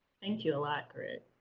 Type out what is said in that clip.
thank you a lot, greg.